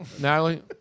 Natalie